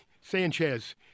Sanchez